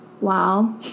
wow